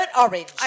orange